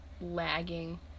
lagging